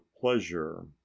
pleasure